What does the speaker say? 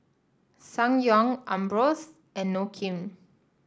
Ssangyong Ambros and Inokim